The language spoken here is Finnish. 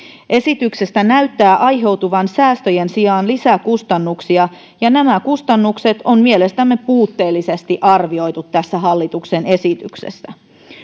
esityksestä näyttää aiheutuvan säästöjen sijaan lisäkustannuksia ja nämä kustannukset on mielestämme puutteellisesti arvioitu tässä hallituksen esityksessä